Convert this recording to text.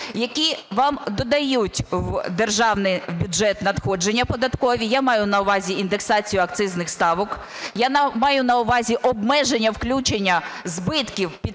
які вам додають в державний бюджет надходження податкові, я маю на увазі індексацію акцизних ставок, я маю на увазі обмеження включення збитків підприємств